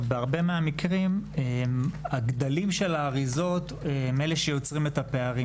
במקרים רבים הגדלים של האריזות הם אלה שיוצרים את הפערים.